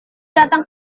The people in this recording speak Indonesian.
datang